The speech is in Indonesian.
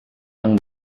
yang